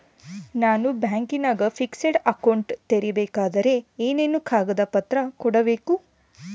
ನಾನು ಬ್ಯಾಂಕಿನಾಗ fixed account ತೆರಿಬೇಕಾದರೆ ಏನೇನು ಕಾಗದ ಪತ್ರ ಕೊಡ್ಬೇಕು?